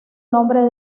nombre